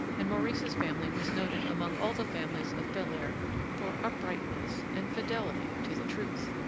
and maurice's family was noted among all the families of belair for uprightness, and fidelity to the truth.